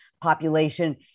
population